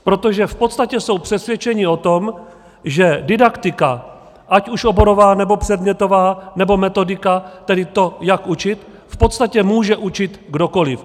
Protože v podstatě jsou přesvědčeni o tom, že didaktika, ať už oborová, nebo předmětová, nebo metodika, tedy to, jak učit, v podstatě může učit kdokoliv.